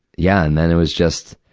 yeah, and then there was just,